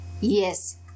yes